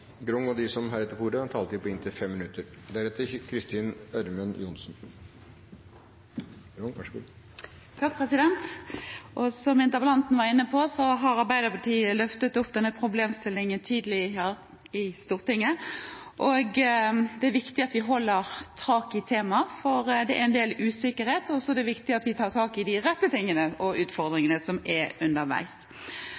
Som interpellanten var inne på, har Arbeiderpartiet løftet opp denne problemstillingen tidligere i Stortinget. Det er viktig at vi holder tak i temaet, for det er en del usikkerhet. Og det er viktig at vi tar tak i de rette tingene og